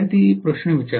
विद्यार्थीः पी